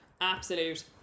Absolute